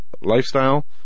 lifestyle